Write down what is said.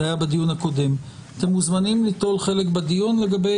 זה היה בדיון הקודם אתם מוזמנים ליטול חלק בדיון לגבי